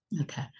okay